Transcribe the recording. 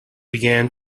began